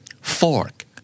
fork